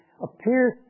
appears